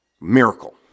Miracle